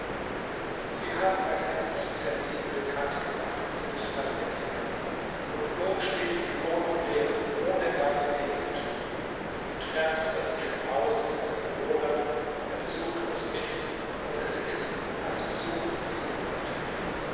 sie haben mein herz mit der liebe bekannt gemacht und sind dann weggegangen und nun steht die wohnung leer ohne meinen geliebten entfernt hat er sich von haus und seinen bewohnern er besucht uns nicht und es ist als besuche uns niemand mehr